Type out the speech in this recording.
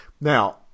now